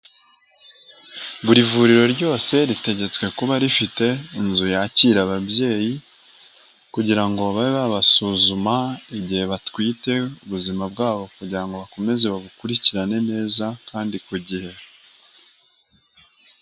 Buri vuriro ryose ritegetswe kuba rifite inzu yakira ababyeyi kugira ngo babe basuzuma igihe batwite; ubuzima bwabo kugira ngo bakomeze babukurikirane neza kandi ku gihe.